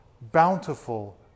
bountiful